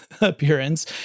appearance